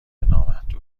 نامحدود